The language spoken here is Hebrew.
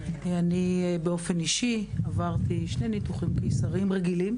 באופן אישי עברתי שני ניתוחים קיסריים רגילים